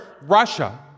Russia